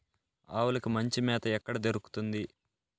ఆవులకి మంచి మేత ఎక్కడ దొరుకుతుంది?